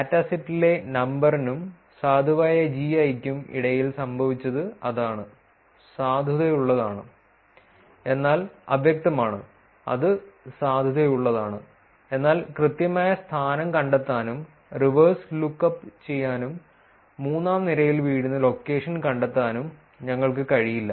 ഡാറ്റാസെറ്റിലെ നമ്പറിനും സാധുവായ ജിഐയ്ക്കും ഇടയിൽ സംഭവിച്ചത് അതാണ് സാധുതയുള്ളതാണ് എന്നാൽ അവ്യക്തമാണ് അത് സാധുതയുള്ളതാണ് എന്നാൽ കൃത്യമായ സ്ഥാനം കണ്ടെത്താനും റിവേഴ്സ് ലുക്ക് അപ്പ് ചെയ്യാനും മൂന്നാം നിരയിൽ വീഴുന്ന ലൊക്കേഷൻ കണ്ടെത്താനും ഞങ്ങൾക്ക് കഴിയില്ല